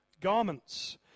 garments